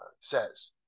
says